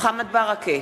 מוחמד ברכה,